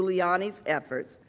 giuliani's efforts,